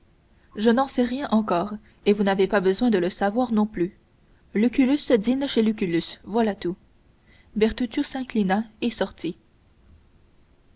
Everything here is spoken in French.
je n'en sais rien encore et vous n'avez pas besoin de le savoir non plus lucullus dîne chez lucullus voilà tout bertuccio s'inclina et sortit